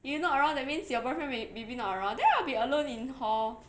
you not around that means your boyfriend may~ maybe not around then I'll be alone in hall